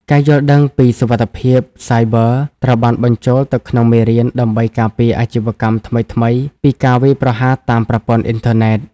ការយល់ដឹងពី "សុវត្ថិភាពសាយប័រ" ត្រូវបានបញ្ចូលទៅក្នុងមេរៀន ដើម្បីការពារអាជីវកម្មថ្មីៗពីការវាយប្រហារតាមប្រព័ន្ធអ៊ីនធឺណិត។